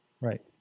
Right